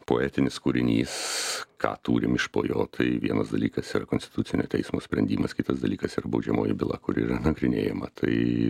poetinis kūrinys ką turim iš po jo tai vienas dalykas yra konstitucinio teismo sprendimas kitas dalykas yra baudžiamoji byla kur yra nagrinėjama tai